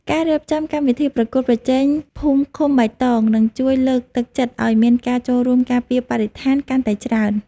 ការរៀបចំកម្មវិធីប្រកួតប្រជែងភូមិឃុំបៃតងនឹងជួយលើកទឹកចិត្តឱ្យមានការចូលរួមការពារបរិស្ថានកាន់តែច្រើន។